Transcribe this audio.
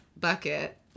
Bucket